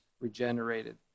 regenerated